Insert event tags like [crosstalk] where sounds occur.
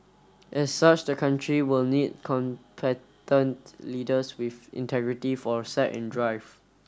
as such the country will need [unintelligible] leaders with integrity foresight and drive